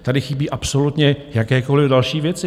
Tady chybí absolutně jakékoliv další věci.